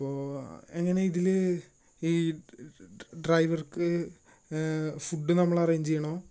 അപ്പോൾ എങ്ങനെ ഇതിൽ ഈ ഡ്രൈവർക്ക് ഫുഡ് നമ്മൾ അറേയ്ഞ്ച് ചെയ്യണോ